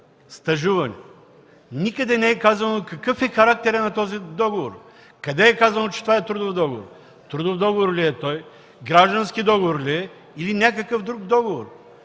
стажуване. Никъде не е казано какъв е характерът на този договор. Къде е казано, че това е трудов договор? Трудов договор ли е той, граждански договор ли е, или някакъв друг договор?